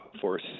force